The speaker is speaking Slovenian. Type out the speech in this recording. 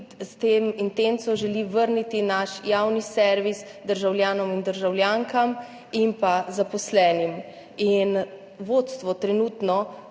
in s to intenco želi vrniti naš javni servis državljanom in državljankam in zaposlenim. Vodstvo pa se trenutno